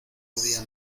podía